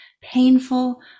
painful